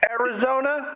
Arizona